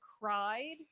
cried